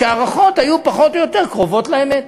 וההערכות היו פחות או יותר קרובות לאמת.